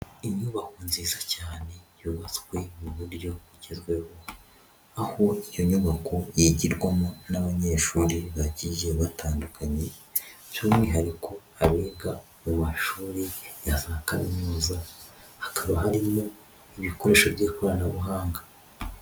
Inyubako nziza cyane yubatswe mu buryo bugezweho, aho iyo nyubako yigirwamo n'abanyeshuri bagiye batandukanye by'umwihariko abiga mu mashuri rya za Kaminuza, hakaba harimo ibikoresho by'ikoranabuhanga.